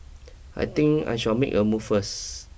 I think I shall make a move first